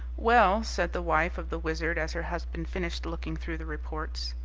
well, said the wife of the wizard as her husband finished looking through the reports,